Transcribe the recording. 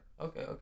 okay